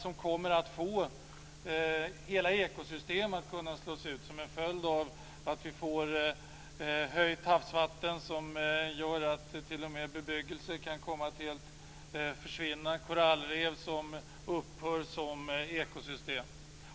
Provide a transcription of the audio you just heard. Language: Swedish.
De kommer att kunna leda till att hela ekosystem slås ut som en följd av höjt havsvatten. Det gör att t.o.m. bebyggelse kan komma att helt försvinna. Korallrev upphör som ekosystem.